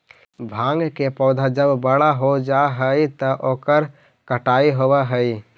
भाँग के पौधा जब बड़ा हो जा हई त ओकर कटाई होवऽ हई